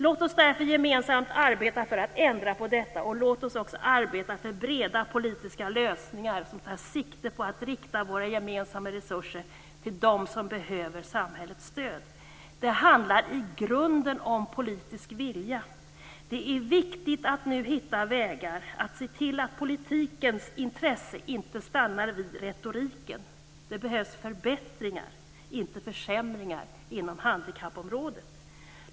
Låt oss därför gemensamt arbeta för att ändra på detta, och låt oss också arbeta för breda politiska lösningar som tar sikte på att rikta våra gemensamma resurser till dem som behöver samhällets stöd. Det handlar i grunden om politisk vilja. Det är viktigt att nu hitta vägar, att se till att politikens intresse inte stannar vid retoriken. Det behövs förbättringar, inte försämringar inom handikappområdet.